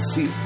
See